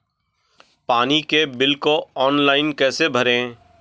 पानी के बिल को ऑनलाइन कैसे भरें?